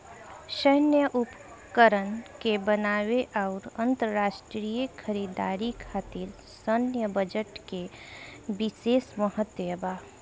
सैन्य उपकरण के बनावे आउर अंतरराष्ट्रीय खरीदारी खातिर सैन्य बजट के बिशेस महत्व बा